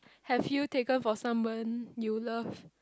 have you taken for someone you love